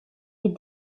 est